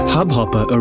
Hubhopper